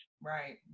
Right